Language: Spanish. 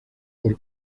por